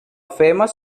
famous